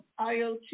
IoT